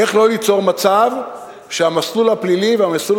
איך לא ליצור מצב שהמסלול הפלילי והמסלול